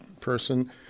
person